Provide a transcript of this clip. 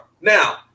Now